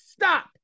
Stop